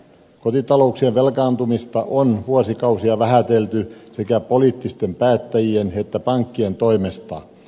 kotitalouksien velkaantumista on vuosikausia vähätelty sekä poliittisten päättäjien että pankkien toimesta